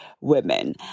women